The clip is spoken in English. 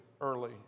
early